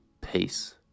peace